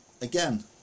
again